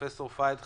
פרופ' פהד חכים,